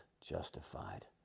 justified